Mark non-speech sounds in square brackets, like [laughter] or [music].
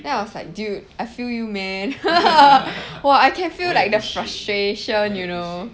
then I was like dude I feel you man [laughs] !wah! I can feel like the frustration you know